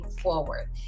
forward